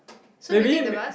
so we take the bus